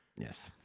Yes